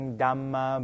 dhamma